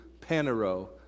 panero